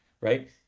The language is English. right